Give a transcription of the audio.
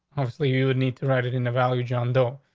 hopefully, you need to write it in the value john doe.